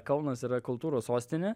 kaunas yra kultūros sostinė